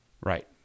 Right